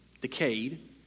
decayed